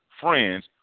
friends